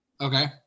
Okay